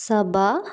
सबा